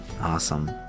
awesome